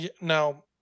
Now